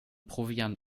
proviant